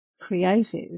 creative